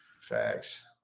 Facts